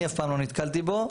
אני אף פעם לא נתקלתי בו.